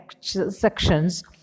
sections